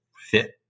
fit